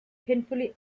painfully